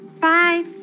bye